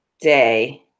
day